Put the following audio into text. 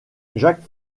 jacques